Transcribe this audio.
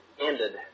ended